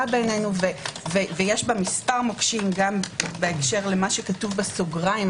בעינינו ויש בה מספר מוקשים גם בהקשר למה שכתוב בסוגריים,